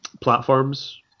platforms